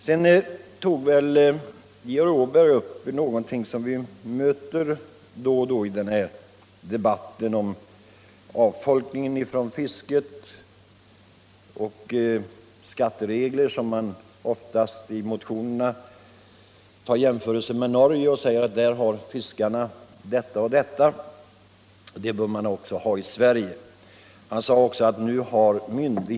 Sedan tog Georg Åberg upp något som vi möter då och då i debatten om avgången från fisket, nämligen skattereglerna. I motionerna utgår man oftast vid sina jämförelser från Norge och pekar på att fiskarna där har det så och så ordnat och att motsvarande bör gälla också i Sverige.